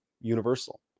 universal